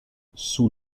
sous